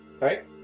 Right